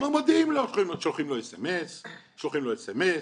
שולחים לו אס.אם.אס.